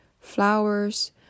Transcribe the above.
flowers